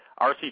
RC